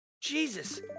Jesus